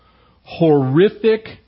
Horrific